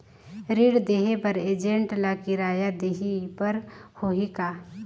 ऋण देहे बर एजेंट ला किराया देही बर होही का?